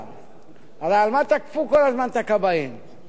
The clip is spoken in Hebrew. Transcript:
מדוע הציוד ישן, מה זה, הכבאים קונים את הציוד?